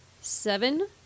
Seven